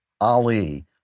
Ali